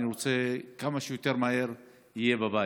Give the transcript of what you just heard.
ואני רוצה שכמה שיותר מהר הוא יהיה בבית.